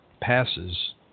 passes